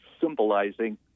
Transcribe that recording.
symbolizing